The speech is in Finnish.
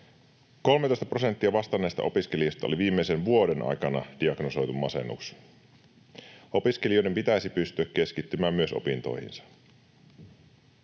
13 prosentilla vastanneista opiskelijoista oli viimeisen vuoden aikana diagnosoitu masennus. Opiskelijoiden pitäisi pystyä keskittymään myös opintoihinsa,